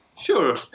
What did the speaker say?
Sure